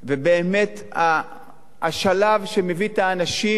ובאמת השלב שמביא את האנשים,